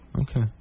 Okay